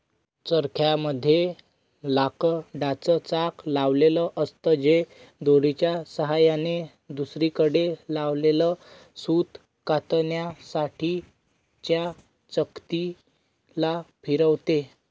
चरख्या मध्ये लाकडाच चाक लावलेल असत, जे दोरीच्या सहाय्याने दुसरीकडे लावलेल सूत कातण्यासाठी च्या चकती ला फिरवते